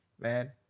Man